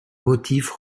motifs